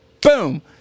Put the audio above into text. boom